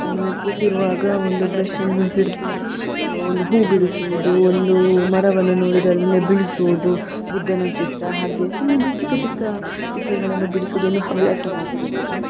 ಸುಮ್ಮನೆ ಕೂತಿರುವಾಗ ಒಂದು ಬ್ರಷ್ಷನ್ನು ಹಿಡಿದು ಒಂದು ಹೂ ಬಿಡಿಸುವುದು ಒಂದು ಮರವನ್ನು ನೋಡಿದ್ರೆ ಅದನ್ನೇ ಬಿಡಿಸುವುದು ಬುದ್ಧನ ಚಿತ್ರ ಹಾಗೆ ಸುಮ್ಮನೆ ಚಿಕ್ಕ ಚಿಕ್ಕ ಚಿತ್ರಗಳನ್ನು ಬಿಡಿಸೋದ್ ಒಂದು ಹವ್ಯಾಸವಾಗಿಬಿಟ್ಟಿದೆ